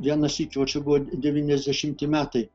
vieną sykį va čia buvo devyniasdešimti metai